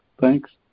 Thanks